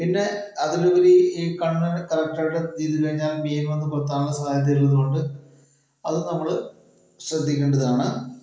പിന്നെ അതിലുപരി ഈ കണ്ണട കറക്റ്റായിട്ട് വീണ് കഴിഞ്ഞാൽ മീൻ വന്ന് കൊത്താനുള്ള സാധ്യത ഉള്ളത് കൊണ്ട് അത് നമ്മൾ ശ്രദ്ധിക്കേണ്ടതാണ്